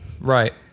Right